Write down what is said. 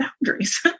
boundaries